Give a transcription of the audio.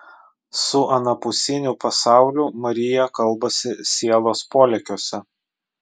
su anapusiniu pasauliu marija kalbasi sielos polėkiuose